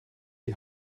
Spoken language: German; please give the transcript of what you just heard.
die